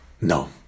No